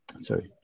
sorry